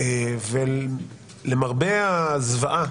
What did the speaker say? למרבה הזוועה,